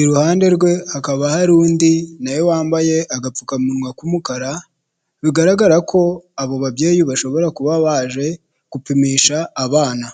i ruhande rwe hakaba hari undi nawe wambaye agapfukamunwa k'umukara, bigaragara ko abo babyeyi bashobora kuba baje gupimisha abana.